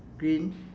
green